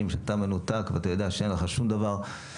שאתה מנותק ואתה יודע שאין לך שום דבר,